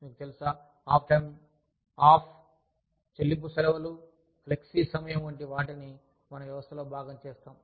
మీకు తెలుసా half time off చెల్లింపు సెలవులు ఫ్లెక్సీ సమయం వంటి వాటిని మన వ్యవస్థలో భాగం చేస్తాం